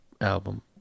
album